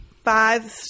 Five